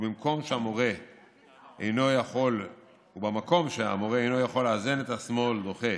ובמקום שהמורה אינו יכול לאזן את השמאל דוחה